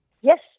Yes